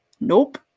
Nope